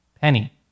penny